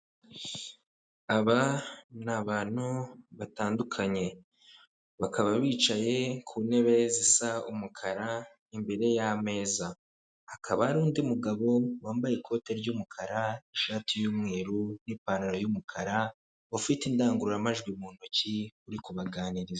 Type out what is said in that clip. Aba ni abantu batandukanye bakaba bicaye ku ntebe zisa umukara imbere y'ameza, hakaba hari undi mugabo wambaye ikote ry'umukara, ishati y'umweru n'ipantaro y'umukara ufite indangururamajwi mu ntoki uri kubaganiriza.